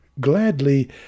gladly